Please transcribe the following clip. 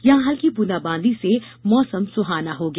यहां हल्की ब्रंदाबांदी से मौसम सुहाना हो गया